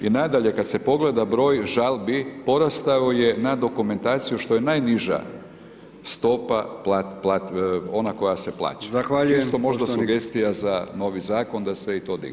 I nadalje, kad se pogleda broj žalbi, porastao je na dokumentaciju, što je najniža stopa ona koja se plaća [[Upadica: Zahvaljujem]] čisto možda sugestija za novi zakon da se i to digne.